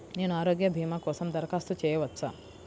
నేను ఆరోగ్య భీమా కోసం దరఖాస్తు చేయవచ్చా?